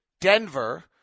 Denver